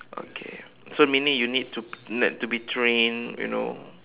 okay so meaning you need to need to be trained you know